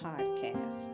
podcast